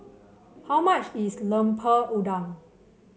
how much is Lemper Udang